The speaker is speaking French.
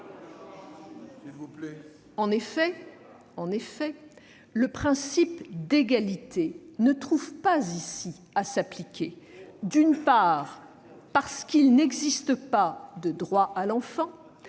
En effet, le principe d'égalité ne trouve pas, en l'occurrence, à s'appliquer. D'abord, parce qu'il n'existe pas de droit à l'enfant.